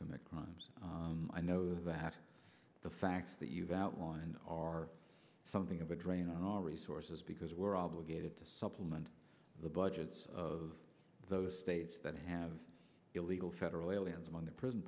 commit crimes i know that the facts that you've outlined are something of a drain on our resources because we're obligated to supplement the budgets of those states that have illegal federal aliens among the prison